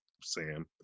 Sam –